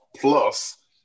Plus